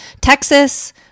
Texas